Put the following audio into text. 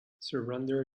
surrender